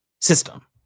system